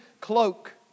cloak